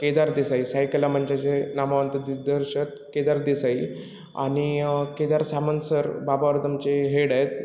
केदार देसाई साई कलामंचाचे नामवंत दिग्दर्शक केदार देसाई आणि केदार सामंत सर बाबा वर्दमचे हेड आहेत